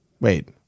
wait